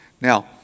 Now